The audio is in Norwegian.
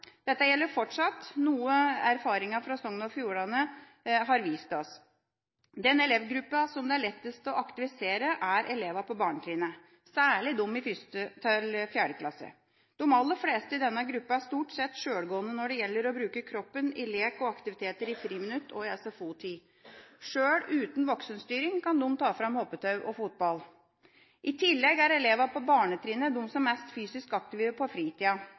Dette gjelder fortsatt, noe erfaringer fra Sogn og Fjordane har vist oss. Den elevgruppa som det er lettest å aktivisere, er elevene på barnetrinnet – særlig de i 1.–4. klasse. De aller fleste i denne gruppa er stort sett sjølgående når det gjelder å bruke kroppen i lek og aktiviteter i friminutt og i SFO-tida. Sjøl uten voksenstyring kan de ta fram hoppetau og fotball. I tillegg er elevene på barnetrinnet de som er mest fysisk aktive på fritida.